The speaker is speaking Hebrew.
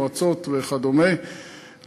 מועצות וכדומה,